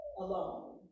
alone